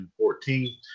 2014